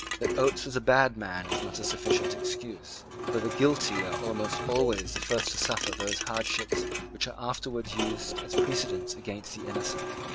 that oates was a bad man is not a sufficient excuse for the guilty are almost always the first to suffer those hardships which are afterwards used as precedents against the innocent.